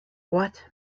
what